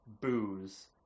Booze